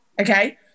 Okay